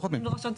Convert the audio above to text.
הם לא חותמים.